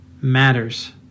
matters